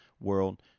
world